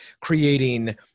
creating